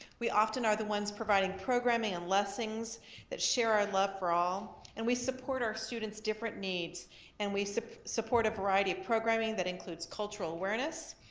we often are the ones providing programming and lessons that share our love for all and we support our students' different needs and we support a variety of programming that includes cultural awareness,